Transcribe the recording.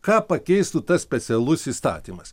ką pakeistų tas specialus įstatymas